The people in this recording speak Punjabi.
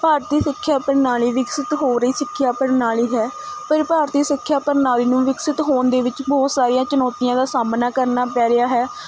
ਭਾਰਤੀ ਸਿੱਖਿਆ ਪ੍ਰਣਾਲੀ ਵਿਕਸਿਤ ਹੋ ਰਹੀ ਸਿੱਖਿਆ ਪ੍ਰਣਾਲੀ ਹੈ ਪਰ ਭਾਰਤੀ ਸਿੱਖਿਆ ਪ੍ਰਣਾਲੀ ਨੂੰ ਵਿਕਸਿਤ ਹੋਣ ਦੇ ਵਿੱਚ ਬਹੁਤ ਸਾਰੀਆਂ ਚੁਣੌਤੀਆਂ ਦਾ ਸਾਹਮਣਾ ਕਰਨਾ ਪੈ ਰਿਹਾ ਹੈ